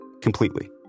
completely